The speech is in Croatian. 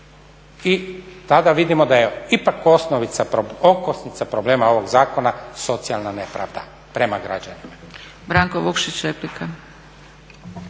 I tada vidimo da je ipak okosnica problema ovog zakona socijalna nepravda prema građanima.